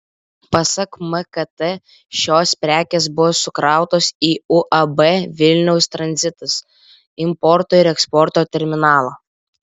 pasak mkt šios prekės buvo sukrautos į uab vilniaus tranzitas importo ir eksporto terminalą